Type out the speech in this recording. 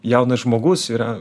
jaunas žmogus yra